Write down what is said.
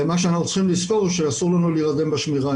מה שאנחנו צריכים לזכור זה שאסור לנו להירדם בשמירה,